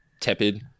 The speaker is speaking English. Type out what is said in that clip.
Tepid